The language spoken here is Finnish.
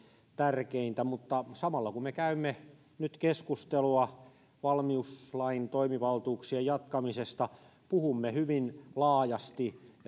tärkeintä mutta samalla kun me käymme nyt keskustelua valmiuslain toimivaltuuksien jatkamisesta puhumme hyvin laajasti